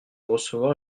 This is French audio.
recevoir